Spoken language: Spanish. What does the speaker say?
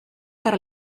para